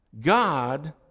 God